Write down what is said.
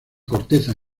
corteza